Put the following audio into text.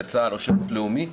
אם בצה"ל או בשירות לאומי,